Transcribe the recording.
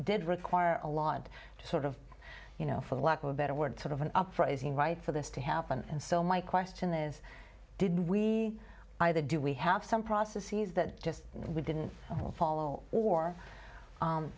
did require a lot to sort of you know for lack of a better word sort of an uprising right for this to happen and so my question is did we either do we have some processes that just we didn't follow or